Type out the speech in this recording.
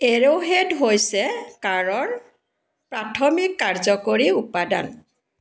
arrowhead হৈছে কাঁড়ৰ প্ৰাথমিক কাৰ্যকৰী উপাদান